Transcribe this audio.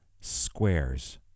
squares